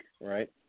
right